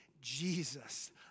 Jesus